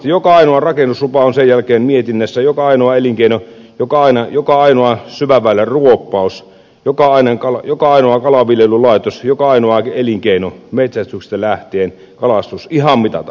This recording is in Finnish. joka ainoa rakennuslupa on sen jälkeen mietinnässä joka ainoa elinkeino joka ainoa syväväylän ruoppaus joka ainoa kalanviljelylaitos joka ainoa elinkeino metsästyksestä lähtien kalastus ihan mitä tahansa